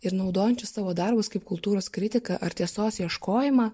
ir naudojančius savo darbus kaip kultūros kritiką ar tiesos ieškojimą